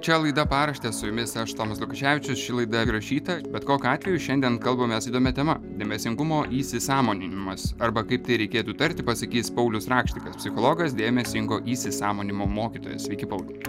čia laida paraštės su jumis aš tomas lukoševičius ši laida įrašyta bet kokiu atveju šiandien kalbamės įdomia tema dėmesingumo įsisąmoninimas arba kaip tai reikėtų tarti pasakys paulius rakštikas psichologas dėmesingo įsisąmoninimo mokytojas sveiki pauliau